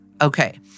Okay